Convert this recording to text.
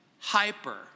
hyper